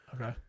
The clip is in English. Okay